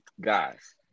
guys